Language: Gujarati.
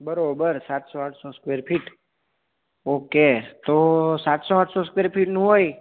બરોબર સાતસો આઠસો સ્કેવેર ફિટ ઓકે તો સાતસો આઠસો સ્કેવેર ફિટનું હોય